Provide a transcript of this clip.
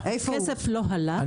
הכסף לא הלך.